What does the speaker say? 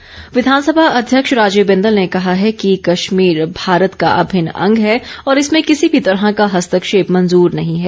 बिंदल विधानसभा अध्यक्ष राजीव बिंदल ने कहा है कि कश्मीर भारत का अभिन्न अंग है और इसमें किसी भी तरह का हस्तक्षेप मंजूर नहीं है